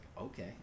okay